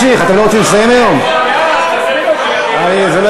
הלילה עוד צעיר, הלילה עוד צעיר.